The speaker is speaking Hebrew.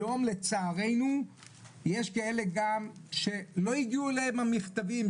היום לצערנו יש כאלה גם שלא הגיעו אליהם המכתבים.